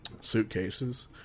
suitcases